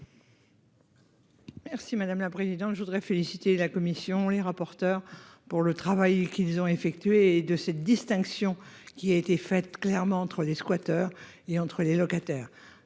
Merci madame la présidente. Je voudrais féliciter la Commission les rapporteurs pour le travail qu'ils ont effectué de cette distinction qui a été fait clairement entre les squatters et entre les locataires